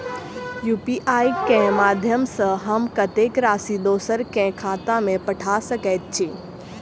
UPI केँ माध्यम सँ हम कत्तेक राशि दोसर केँ खाता मे पठा सकैत छी?